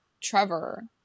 Trevor